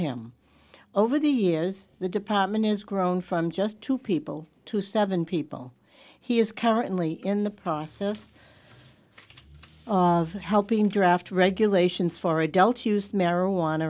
him over the years the department has grown from just two people to seven people he is currently in the process of helping draft regulations for adults used marijuana